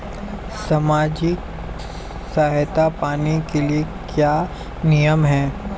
सामाजिक सहायता पाने के लिए क्या नियम हैं?